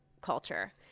culture